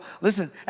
listen